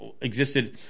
existed